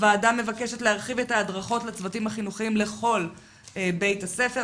הוועדה מבקשת להרחיב את ההדרכות לצוותים החינוכיים לכל בית הספר.